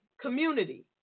community